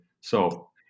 So-